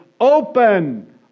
open